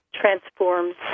transforms